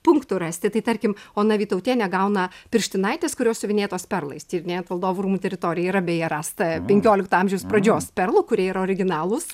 punktų rasti tai tarkim ona vytautienė gauna pirštinaites kurios siuvinėtos perlais tyrinėjant valdovų rūmų teritoriją yra beje rasta penkiolikto amžiaus pradžios perlų kurie yra originalūs